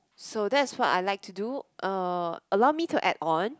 so that's what I like to do uh allow me to add on